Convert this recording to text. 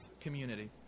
community